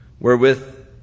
wherewith